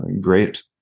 great